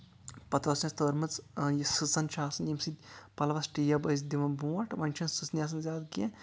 پَتہٕ ٲسۍنَس تٲرمٕژ یہِ سٕژن چھےٚ آسان ییٚمہِ سۭتۍ پَلوَس ٹیٚب ٲسۍ دِوان برونٛٹھ وۄنۍ چھےٚ نہٕ سٕژنہِ آسان زیادٕ کیٚنٛہہ